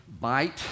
bite